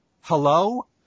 hello